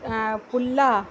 कु पुलाव